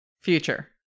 future